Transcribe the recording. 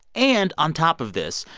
and on top of this,